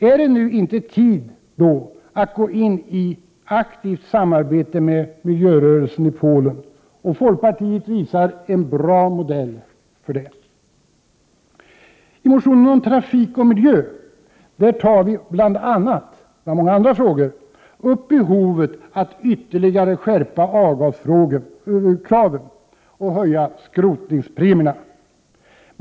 Är det inte tid att gå in i ett aktivt samarbete med miljörörelsen i Polen? Folkpartiet visar en bra modell för detta. I motionen om trafik och miljö tar vi bl.a. upp behovet av att ytterligare skärpa avgaskraven och höja skrotningspremierna.